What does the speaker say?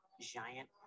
giant